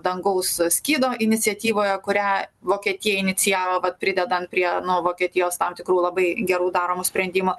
dangaus skydo iniciatyvoje kurią vokietija inicijavo vat pridedant prie nuo vokietijos tam tikrų labai gerų daromų sprendimų